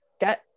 get